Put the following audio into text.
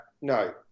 no